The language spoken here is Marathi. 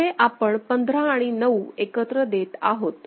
इथे आपण 15 आणि 9 एकत्र देत आहोत